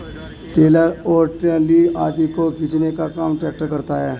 trailer और trolley आदि को खींचने का काम ट्रेक्टर करता है